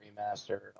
remaster